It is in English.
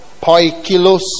poikilos